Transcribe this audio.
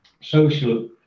social